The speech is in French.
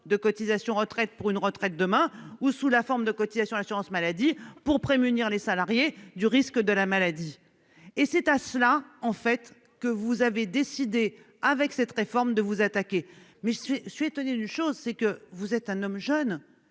de cotisations retraite pour une retraite demain ou sous la forme de cotisations d'assurance maladie pour prémunir les salariés du risque de la maladie et c'est à cela en fait que vous avez décidé avec cette réforme de vous attaquer. Mais je suis étonné d'une chose, c'est que vous êtes un homme jeune